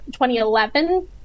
2011